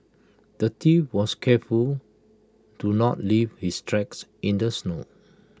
the thief was careful to not leave his tracks in the snow